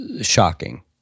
shocking